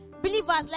Believers